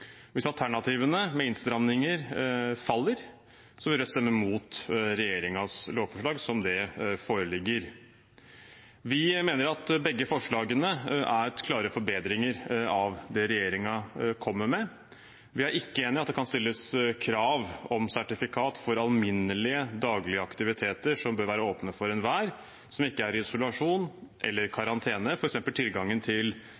Hvis alternativene med innstramninger faller, vil Rødt stemme mot regjeringens lovforslag sånn det foreligger. Vi mener at begge forslagene er klare forbedringer av det regjeringen kommer med. Vi er ikke enige i at det kan stilles krav om sertifikat for alminnelige daglige aktiviteter som bør være åpne for enhver som ikke er i isolasjon eller karantene, f.eks. tilgangen til